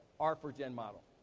r four gen model.